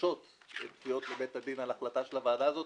מוגשות תביעות לבית הדין על החלטה של הוועדה הזאת.